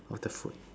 of the food